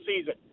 season